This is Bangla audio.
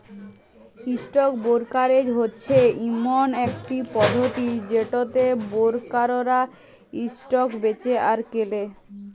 ইসটক বোরকারেজ হচ্যে ইমন একট পধতি যেটতে বোরকাররা ইসটক বেঁচে আর কেলে